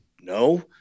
No